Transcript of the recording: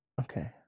Okay